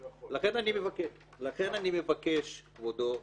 לכן, אני מבקש כבודו,